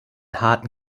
harten